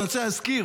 אני רוצה להזכיר,